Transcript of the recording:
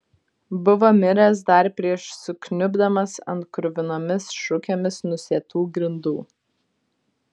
buvo miręs dar prieš sukniubdamas ant kruvinomis šukėmis nusėtų grindų